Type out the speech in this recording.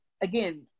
again